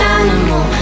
animal